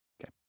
Okay